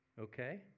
Okay